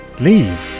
Leave